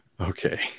Okay